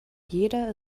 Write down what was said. jeder